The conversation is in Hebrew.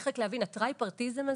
להבין שהטריפרטיזם הזה,